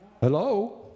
Hello